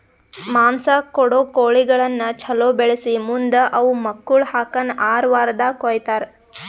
ಮಾಂಸ ಕೊಡೋ ಕೋಳಿಗಳನ್ನ ಛಲೋ ಬೆಳಿಸಿ ಮುಂದ್ ಅವು ಮಕ್ಕುಳ ಹಾಕನ್ ಆರ ವಾರ್ದಾಗ ಕೊಯ್ತಾರ